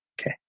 Okay